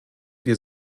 wir